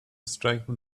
strengthen